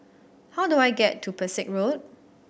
how do I get to Pesek Road